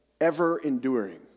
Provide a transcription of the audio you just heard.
ever-enduring